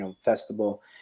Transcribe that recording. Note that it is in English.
festival